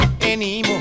anymore